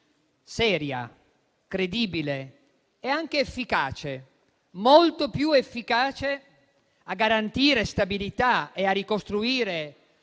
seria, credibile e anche efficace, molto più efficace a garantire stabilità e a ricostruire